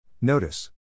Notice